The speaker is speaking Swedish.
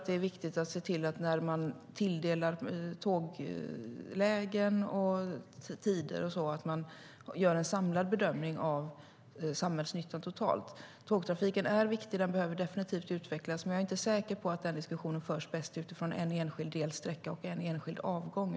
Det är viktigt att man ser till att göra en samlad bedömning av den totala samhällsnyttan när man tilldelar tåglägen och tider. Tågtrafiken är viktig. Den behöver definitivt utvecklas. Men jag är inte säker på att den diskussionen förs bäst utifrån en enskild delsträcka och en enskild avgång.